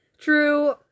True